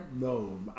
No